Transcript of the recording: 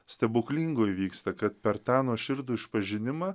stebuklingo įvyksta kad per tą nuoširdų išpažinimą